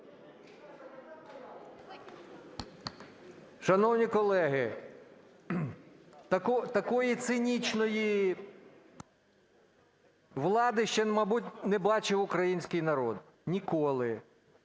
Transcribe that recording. Шановні колеги, такої цинічної влади ще, мабуть, не бачив український народ ніколи.